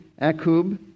Akub